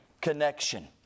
connection